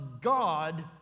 God